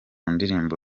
ndirimbo